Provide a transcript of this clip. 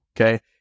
okay